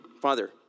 Father